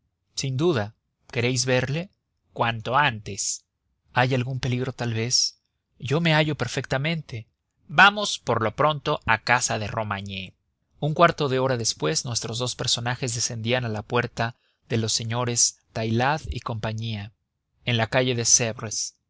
sin duda queréis verle cuanto antes hay algún peligro tal vez yo me hallo perfectamente vamos por lo pronto a casa de romagné un cuarto de hora después nuestros dos personajes descendían a la puerta de los señores taillade y compañía en la calle de